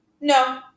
No